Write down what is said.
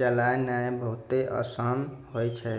चलैनाय बहुते असान होय छै